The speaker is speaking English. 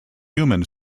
human